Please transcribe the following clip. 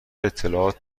اطلاعات